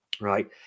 right